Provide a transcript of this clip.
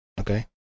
Okay